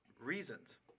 reasons